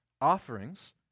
offerings